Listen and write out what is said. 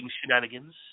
shenanigans